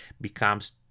becomes